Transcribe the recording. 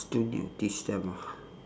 still need teach them ah